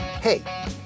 Hey